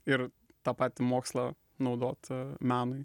ir tą patį mokslą naudot menui